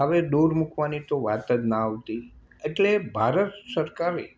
હવે દૂર મૂકવાની તો વાત જ ના આવતી એટલે ભારત સરકારે